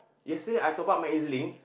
yesterday I topped up my E_Z-Link